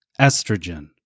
estrogen